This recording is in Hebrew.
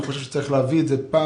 אני חושב שצריך להביא את זה לבחינה,